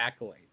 accolades